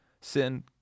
sin